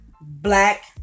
Black